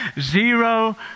zero